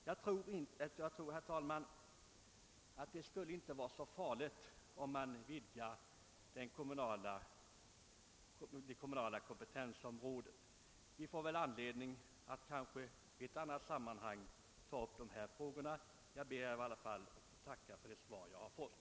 Jag tror inte, herr talman, att det skulle vara så farligt att vidga det kommunala kompetensområdet. Vi torde få anledning att i ett annat sammanhang ta upp denna fråga. Jag ber att få tacka för det svar jag nu fått.